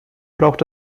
braucht